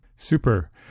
Super